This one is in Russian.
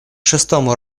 шестому